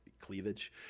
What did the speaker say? cleavage